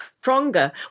stronger